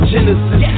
Genesis